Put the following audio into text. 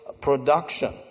production